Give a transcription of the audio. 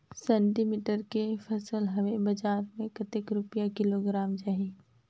सेमी के फसल हवे बजार मे कतेक रुपिया किलोग्राम जाही?